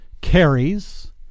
carries